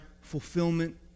fulfillment